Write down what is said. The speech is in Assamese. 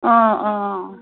অঁ অঁ